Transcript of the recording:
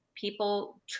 People